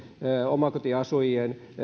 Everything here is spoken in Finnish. omakotiasujien